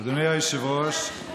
אדוני היושב-ראש,